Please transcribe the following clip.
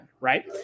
Right